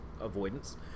avoidance